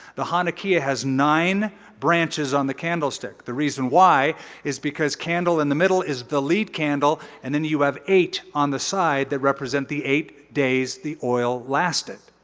the hanukkiah has nine branches on the candlestick. the reason why is because candle in the middle is the lead candle, and then you have eight on the side that represent the eight days the oil lasted.